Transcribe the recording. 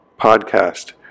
podcast